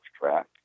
track